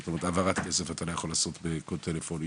זאת אומרת העברת כסף אתה לא יכול לעשות בקוד טלפוני,